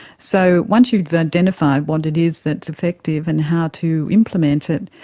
so once you've identified what it is that's effective and how to implement it,